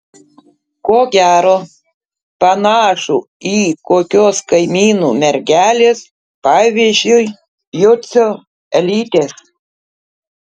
ko gero panašų į kokios kaimynų mergelės pavyzdžiui jucio elytės